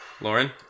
Lauren